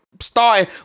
starting